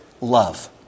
love